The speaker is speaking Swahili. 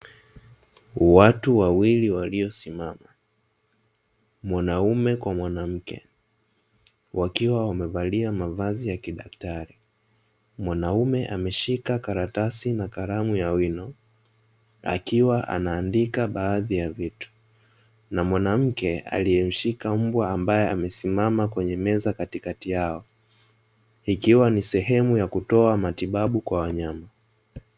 Watu wawili waliosimama mwanaume kwa mwanamke, wakiwa wamevalia mavazi ya kidaktari mwanaume ameshika karatasi na kalamu ya wino, akiwa anaandika baadhi ya vitu na mwanamke aliyemshika mbwa ambaye amesimama kwenye meza katikati yao, ikiwa ni sehemu ya kutoa matibabu kwa wanyama.